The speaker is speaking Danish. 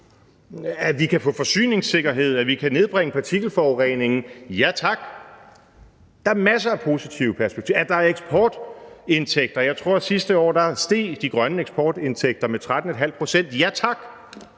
at man kan få forsyningssikkerhed, at man kan nedbringe partikelforureningen, ja tak – der er masser af positive perspektiver, der er eksportindtægter, jeg tror, at de grønne eksportindtægter sidste år steg